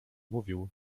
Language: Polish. mówił